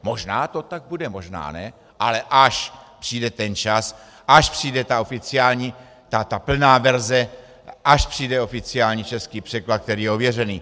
Možná to tak bude, možná ne, ale až přijde ten čas, až přijde ta oficiální, ta plná verze, až přijde oficiální český překlad, který je ověřený.